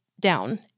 down